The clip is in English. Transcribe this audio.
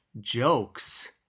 Jokes